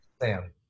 Sam